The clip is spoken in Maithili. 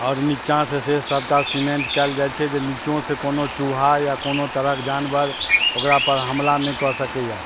आओर नीचाँ से से सबटा सीमेंट कयल जाय छै जे नीचो से कोनो चूहा या कोनो तरहक जानवर ओकरा पर हमला नहि कऽ सकैया